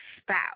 spouse